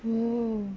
oh